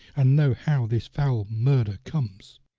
and know how this foul murder comes.